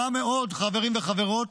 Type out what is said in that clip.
רע מאוד חברים וחברות